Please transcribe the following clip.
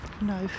No